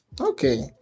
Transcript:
Okay